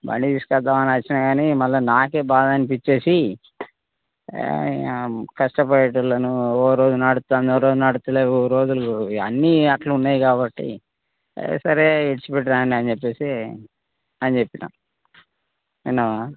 బండి తీసుకొద్దామని వచ్చినా కానీ మళ్ళా నాకే బాధ అనిపిచ్చేసి హే ఇక కష్టపడేటోళ్ళను ఓ రోజు నడుపుతాన్నారు నడుపుతల్లేవు రోజులు అన్నీ అట్లున్నాయి కాబట్టి సరే ఇడిచిపెట్టి రాండి అని చెప్పేసి అని చెప్పినా విన్నావా